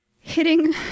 hitting